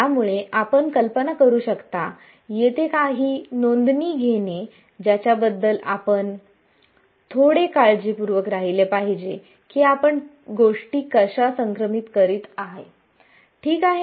त्यामुळे आपण कल्पना करू शकता येथे काही नोंदणी घेणे ज्याच्या बद्दल आपण थोडे काळजीपूर्वक राहिले पाहिजे की आपण गोष्टी कशा क्रमांकित करीत आहात ठीक आहे